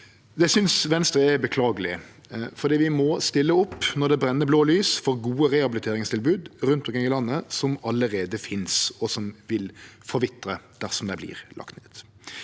Det synest Venstre er beklageleg, for me må stille opp når det brenn blå lys for gode rehabiliteringstilbod rundt omkring i landet som allereie finst, og som vil forvitre dersom dei vert lagde ned.